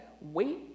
wait